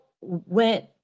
went